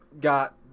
got